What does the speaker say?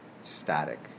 static